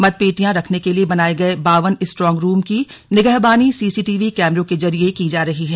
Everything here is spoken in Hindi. मतपेटियां रखने के लिए बनाये गए बावन स्ट्रॉन्ग रूम की निगहबानी सीसीटीवी कैमरों के जरिए की जा रही है